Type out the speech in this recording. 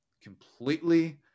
completely